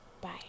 Bye